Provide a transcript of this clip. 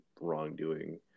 wrongdoing